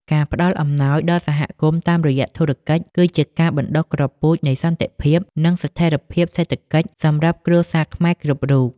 ការផ្ដល់អំណាចដល់សហគមន៍តាមរយៈធុរកិច្ច គឺជាការបណ្ដុះគ្រាប់ពូជនៃសន្តិភាព និងស្ថិរភាពសេដ្ឋកិច្ចសម្រាប់គ្រួសារខ្មែរគ្រប់រូប។